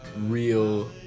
real